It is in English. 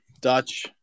Dutch